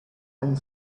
and